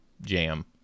Jam